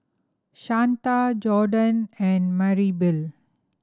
Shanta Jordon and Maribel